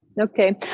okay